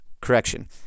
correction